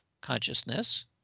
consciousness